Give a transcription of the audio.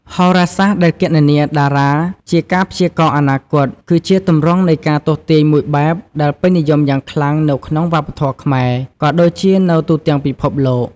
ហោរាសាស្ត្រដែលគណនាតារាជាការព្យាករណ៍អនាគត គឺជាទម្រង់នៃការទស្សន៍ទាយមួយបែបដែលពេញនិយមយ៉ាងខ្លាំងនៅក្នុងវប្បធម៌ខ្មែរ ក៏ដូចជានៅទូទាំងពិភពលោក។